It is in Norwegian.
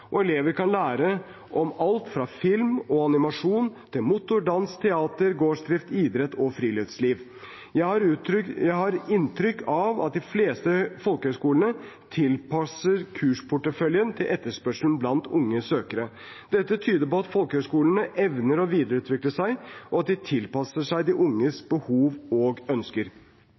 og elever kan lære om alt fra film og animasjon til motor, dans, teater, gårdsdrift, idrett og friluftsliv. Jeg har inntrykk av at de fleste folkehøyskolene tilpasser kursporteføljen til etterspørselen blant unge søkere. Dette tyder på at folkehøyskolene evner å videreutvikle seg, og at de tilpasser seg de unges behov og ønsker.